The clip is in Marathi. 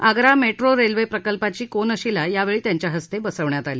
आग्रा मेट्रो रेल्वे प्रकल्पाची कोनशिला यावेळी त्यांच्या हस्ते बसवण्यात आली